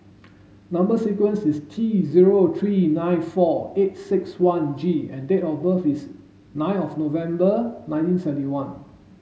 number sequence is T zero three nine four eight six one G and date of birth is nine of November nineteen seventy one